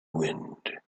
wind